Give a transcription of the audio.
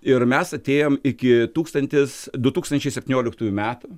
ir mes atėjom iki tūkstantis du tūkstančiai septynioliktųjų metų